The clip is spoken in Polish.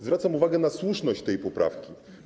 Zwracam uwagę na słuszność tej poprawki.